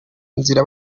nzira